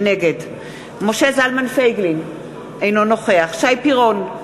נגד משה זלמן פייגלין, אינו נוכח שי פירון,